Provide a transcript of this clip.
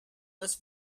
was